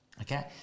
okay